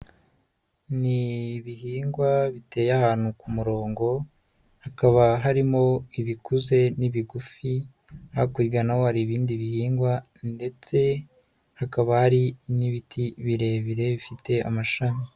Ni ibihingwa biteye ahantu ku murongo, hakaba harimo ibikuze n'ibigufi, hakurya naho hari ibindi bihingwa ndetse hakaba hari n'ibiti birebire, bifite amashami.